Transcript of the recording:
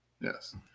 Yes